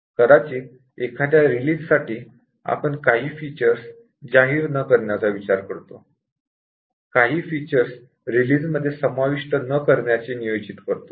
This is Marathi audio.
कदाचित् एखाद्या रिलीज साठी आपण काही फीचर्स जाहीर न करण्याचा विचार करतो काही फीचर्स रिलीज मध्ये समाविष्ट न करण्याचे नियोजित करतो